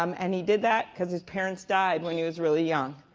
um and he did that because his parents died when he was really young.